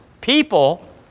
people